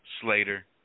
Slater